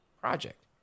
project